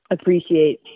appreciate